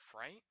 right